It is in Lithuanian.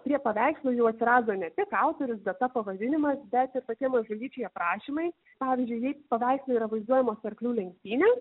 prie paveikslų jau atsirado ne tik autorius data pavadinimas bet ir tokie mažulyčiai aprašymai pavyzdžiui jei paveiksle yra vaizduojamos arklių lenktynės